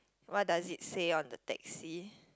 what does it say on the taxi